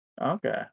Okay